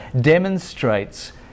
demonstrates